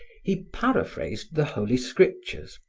he paraphrased the holy scriptures,